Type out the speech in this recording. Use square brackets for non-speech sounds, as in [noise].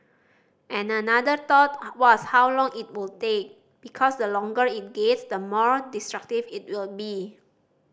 and another thought [unintelligible] was how long it would take because the longer it gets the more destructive it will be